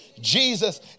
Jesus